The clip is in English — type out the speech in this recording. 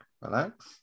relax